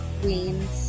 queens